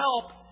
help